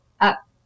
up